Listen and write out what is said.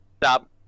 stop